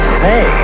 say